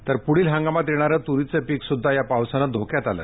तर पुढील हंगामात येणारं तुरीचं पीक सुद्धा या पावसानं धोक्यात आलं